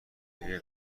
اگه